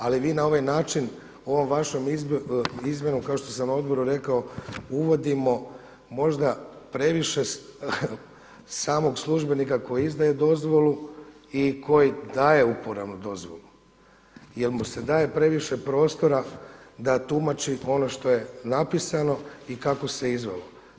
Ali vi na ovaj način ovu vašu izmjenu kao što sam na odboru rekao uvodimo možda previše samog službenika koji izdaje dozvolu i koji daje uporabnu dozvolu, jer mu se daje previše prostora da tumači ono što je napisano i kako se izvelo.